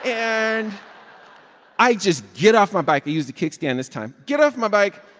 and i just get off my bike. i use the kickstand this time. get off my bike,